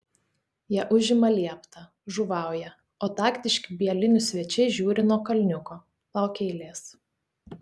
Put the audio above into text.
jie užima lieptą žuvauja o taktiški bielinių svečiai žiūri nuo kalniuko laukia eilės